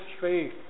faith